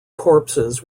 corpses